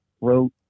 wrote